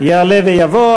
יעלה ויבוא.